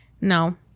no